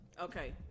Okay